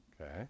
Okay